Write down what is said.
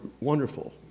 wonderful